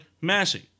Massey